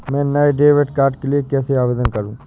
मैं नए debit card के लिए कैसे आवेदन करूं?